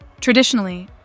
Traditionally